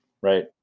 right